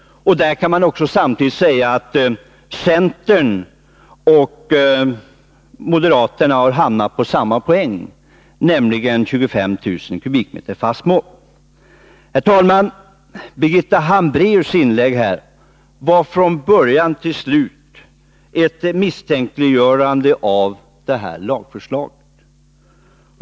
Där kan man också samtidigt säga att centern och moderaterna har hamnat på samma poäng, nämligen 25 000 m? i fast mått. Herr talman! Birgitta Hambraeus inlägg var från början till slut ett misstänkliggörande av lagförslaget.